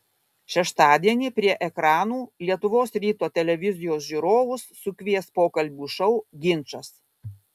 šeštadienį prie ekranų lietuvos ryto televizijos žiūrovus sukvies pokalbių šou ginčas